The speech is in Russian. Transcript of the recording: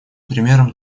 примером